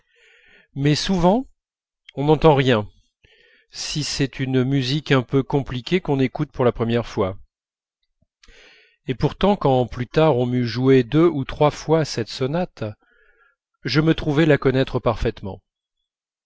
mais souvent on n'entend rien si c'est une musique un peu compliquée qu'on écoute pour la première fois et pourtant quand plus tard on m'eut joué deux ou trois fois cette sonate je me trouvai la connaître parfaitement